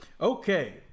Okay